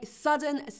sudden